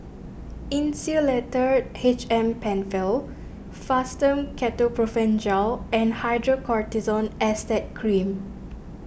Insulatard H M Penfill Fastum Ketoprofen Gel and Hydrocortisone Acetate Cream